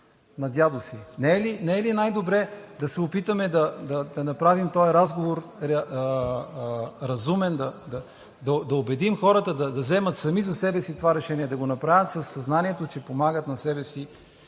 на дядо си? Не е ли най-добре да се опитаме да направим този разговор разумен, да убедим хората да вземат сами за себе си това решение, да го направят със съзнанието, че помагат на себе си